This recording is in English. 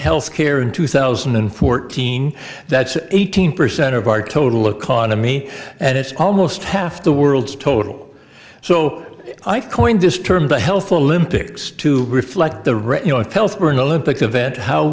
health care in two thousand and fourteen that's eighteen percent of our total economy and it's almost half the world's total so i coined this term the health olympics to reflect the retinue of health were an olympic event how